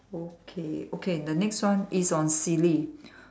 okay okay the next one is on silly